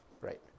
Right